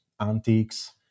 antiques